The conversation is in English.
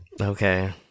Okay